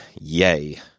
yay